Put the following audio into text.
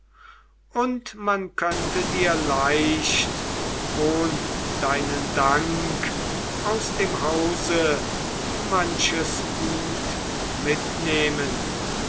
und man könnte dir leicht ohn deinen dank aus dem hause manches gut mitnehmen